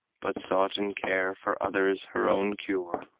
but sought in care for others her own cure.